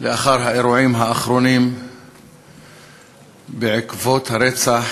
לאחר האירועים האחרונים בעקבות הרצח